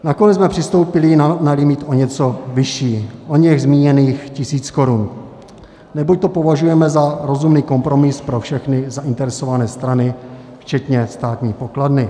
Nakonec jsme přistoupili na limit o něco vyšší, oněch zmíněných tisíc korun, neboť to považujeme za rozumný kompromis pro všechny zainteresované strany, včetně státní pokladny.